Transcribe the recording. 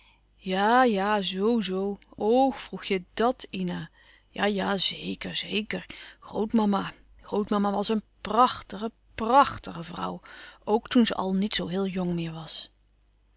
ja zoo-zoo o vroeg je dàt ina ja-ja zeker zeker grootmama grootmama was een pràchtige pràchtige vrouw ook toen ze al niet zoo heel jong meer was